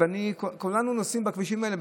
כולנו נוסעים בכבישים האלה,